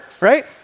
right